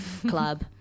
Club